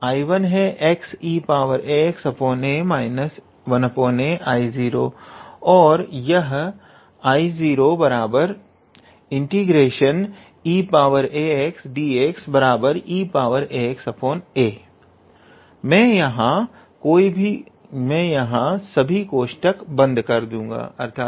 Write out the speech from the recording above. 𝐼1है xeaxa 1a 𝐼0 और यह 𝐼0 ∫ 𝑒𝑎𝑥𝑑𝑥 eaxa मैं यहां सभी कोष्टक बंद कर दूंगा